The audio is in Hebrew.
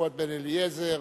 פואד בן-אליעזר,